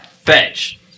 Fetch